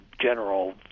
general